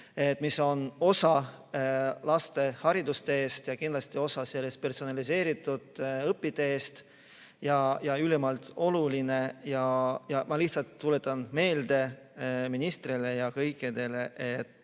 mis on osa laste haridusteest ja kindlasti osa personaliseeritud õpiteest ja ülimalt oluline. Ma lihtsalt tuletan meelde ministrile ja kõikidele